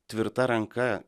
tvirta ranka